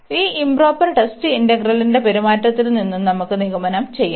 അതിനാൽ ഈ improper test ഇന്റഗ്രലിന്റെ പെരുമാറ്റത്തിൽ നിന്ന് നമുക്ക് നിഗമനം ചെയ്യാം